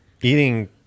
eating